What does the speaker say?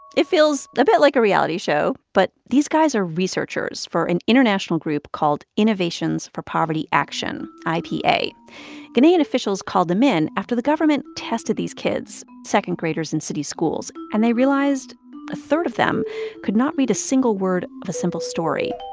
it feels a bit like a reality show. but these guys are researchers for an international group called innovations for poverty action ipa. ghanaian officials called them in after the government tested these kids second graders in city schools. and they realized a third of them could not read a single word of a simple story